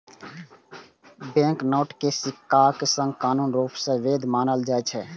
banknote कें सिक्काक संग कानूनी रूप सं वैध मानल जाइ छै